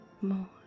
more